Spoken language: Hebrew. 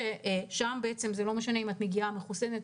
שם זה לא משנה אם את מגיעה מחוסנת,